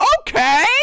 Okay